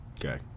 Okay